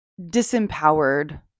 disempowered